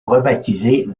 rebaptisé